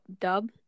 Dub